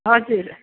हजुर